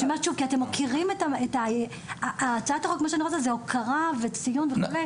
הצעת החוק זה הוקרה וציון וכו',